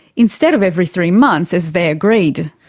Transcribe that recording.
instead of every three months as they agreed.